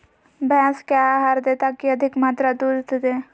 भैंस क्या आहार दे ताकि अधिक मात्रा दूध दे?